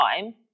time